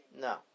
No